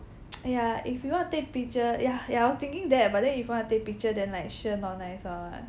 !aiya! if you want to take picture ya ya I was thinking that but then if you wanna take picture then like sure not nice one [what]